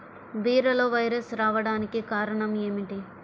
బీరలో వైరస్ రావడానికి కారణం ఏమిటి?